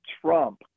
trump